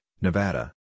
Nevada